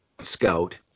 scout